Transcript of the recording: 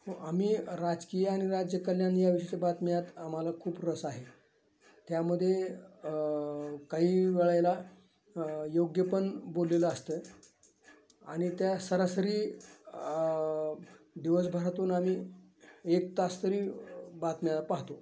हो आम्ही राजकीय आ आणि राज्यकल्याण याविषयीच्या बातम्यात आम्हाला खूप रस आहे त्यामध्ये काही वेळेला योग्य पण बोललेलं असतं आणि त्या सरासरी दिवसभरातून आम्ही एक तास तरी बातम्या पाहतो